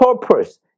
purpose